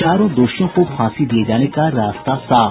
चारों दोषियों को फांसी दिये जाने का रास्ता साफ